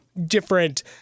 different